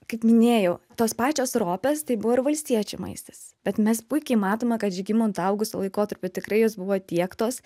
kaip minėjau tos pačios ropės tai buvo ir valstiečių maistas bet mes puikiai matome kad žygimanto augusto laikotarpiu tikrai jos buvo tiektos